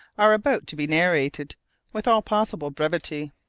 are about to be narrated with all possible brevity.